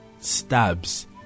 stabs